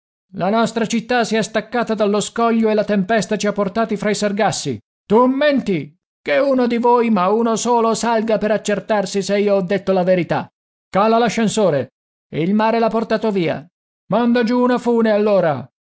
la nostra città si è staccata dallo scoglio e la tempesta ci ha portati fra i sargassi tu menti che uno di voi ma uno solo salga per accertarsi se io ho detto la verità cala l'ascensore il mare l'ha portato via manda giù una fune allora